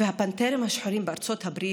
ושל הפנתרים השחורים בארצות הברית,